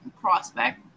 prospect